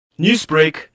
Newsbreak